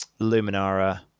Luminara